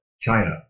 China